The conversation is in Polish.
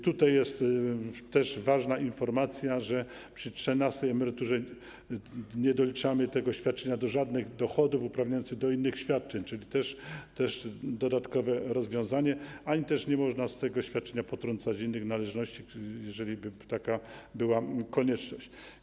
Tutaj jest też taka ważna informacja, że przy trzynastej emeryturze nie doliczamy tego świadczenia do żadnych dochodów uprawniających do innych świadczeń, czyli też dodatkowe rozwiązanie, ani też nie można z tego świadczenia potrącać innych należności, jeżeli wystąpiłaby taka konieczność.